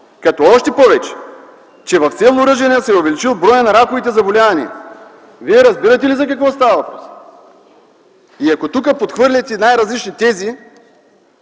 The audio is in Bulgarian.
Нещо повече, в с. Ръжена се е увеличил броят на раковите заболявания. Вие разбирате ли за какво става въпрос?! И ако тук подхвърляте най-различни тези,